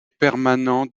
permanent